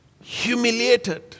humiliated